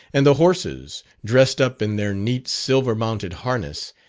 and the horses dressed up in their neat, silver-mounted harness,